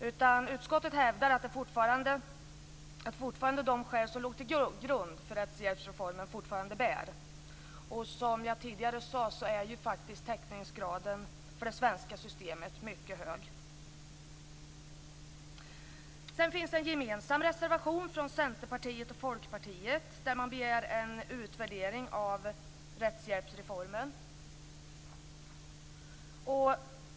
Utskottet hävdar att de skäl som låg till grund för rättshjälpsreformen fortfarande bär. Som jag tidigare sade är ju faktiskt täckningsgraden för det svenska systemet mycket hög. Sedan finns det en gemensam reservation från Centerpartiet och Folkpartiet där man begär en utvärdering av rättshjälpsreformen.